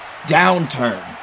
downturn